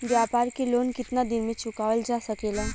व्यापार के लोन कितना दिन मे चुकावल जा सकेला?